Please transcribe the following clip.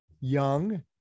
young